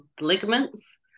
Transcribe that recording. ligaments